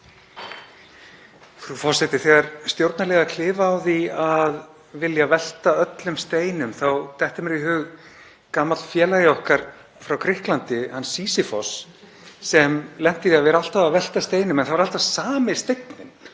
Frú forseti. Þegar stjórnarliðar klifa á því að vilja velta við öllum steinum þá dettur mér í hug gamall félagi okkar frá Grikklandi, hann Sýsifos, sem lenti í því að vera alltaf að velta við steinum en það var alltaf sami steinninn.